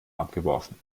abgeworfen